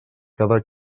cada